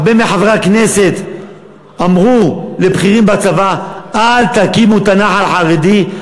הרבה מחברי הכנסת אמרו לבכירים בצבא: אל תקימו את הנח"ל החרדי,